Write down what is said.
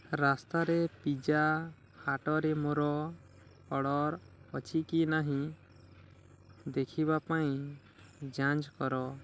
ରାସ୍ତାରେ ପିଜ୍ଜା ହାଟରେ ମୋର ଅର୍ଡ଼ର୍ ଅଛି କି ନାହିଁ ଦେଖିବା ପାଇଁ ଯାଞ୍ଚ କର